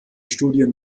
studien